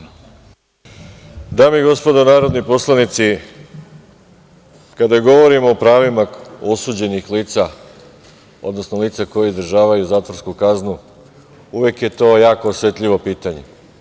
Dame i gospodo narodni poslanici, kada govorimo o pravima osuđenih lica, odnosno lica koji izdržavaju zatvorsku kaznu, uvek je to jako osetljivo pitanje.